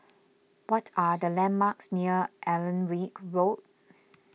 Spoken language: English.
what are the landmarks near Alnwick Road